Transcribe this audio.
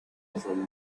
from